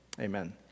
Amen